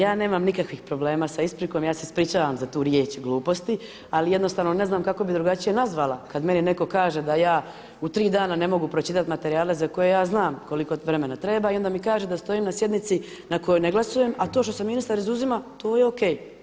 Ja nemam nikakvih problema sa isprikom, ja se ispričavam za tu riječ gluposti, ali jednostavno ne znam kako bi drugačije nazvala kada meni neko kaže da ja u tri dana ne mogu pročitati materijale za koje ja znam koliko vremena treba i onda mi kaže da stojim na sjednici na kojoj ne glasujem, a to što se ministar izuzima, to je ok.